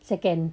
second